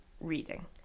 reading